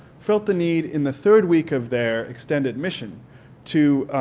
felt the need in the third week of their extended mission to,